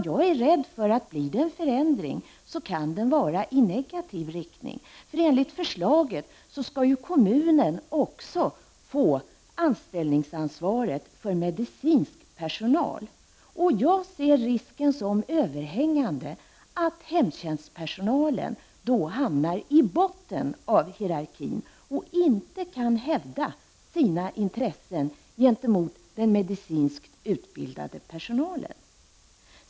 Jag är rädd för att det, om det blir någon förändring, kan bli en förändring i negativ riktning. Enligt förslaget skall ju kommunen också få anställningsansvaret för medicinsk personal. Jag ser risken som överhängande för att hemtjänstpersonalen då hamnar i botten av hierarkin och inte kan hävda sina intressen gentemot den medicinskt utbildade personalen.